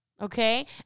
okay